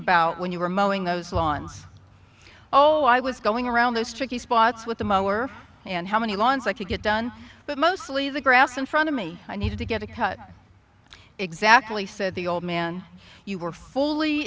about when you were moaning those lawns oh i was going around those tricky spots with the mower and how many lawns i could get done but mostly the grass in front of me i needed to get a cut exactly said the old man you were fully